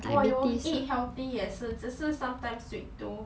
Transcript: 我有 eat healthy 也是只是 sometimes sweet tooth